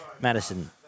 Madison